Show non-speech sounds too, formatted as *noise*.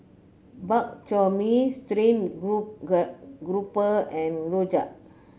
Bak Chor Mee stream *unintelligible* grouper and rojak